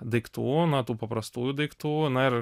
daiktų na tų paprastųjų daiktų na ir